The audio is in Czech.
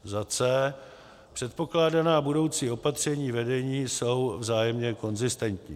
c) předpokládaná budoucí opatření vedení jsou vzájemně konzistentní;